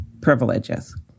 privileges